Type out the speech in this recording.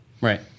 Right